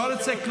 אדוני.